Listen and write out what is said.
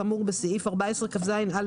כאמור בסעיף 14כז(א)(3),